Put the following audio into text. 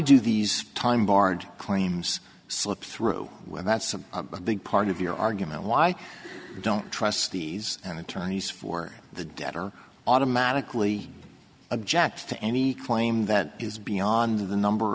do these time barred claims slip through when that's a big part of your argument why i don't trust these attorneys for the debtor automatically object to any claim that is beyond the number